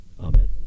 Amen